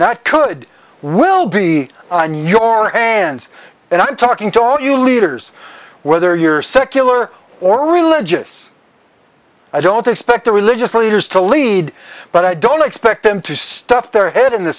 that could well be on your hands and i'm talking to all you leaders whether you're secular or religious i don't expect the religious leaders to lead but i don't expect them to stuff their head in the